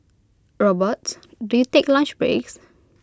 robots do you take lunch breaks